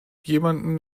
jemanden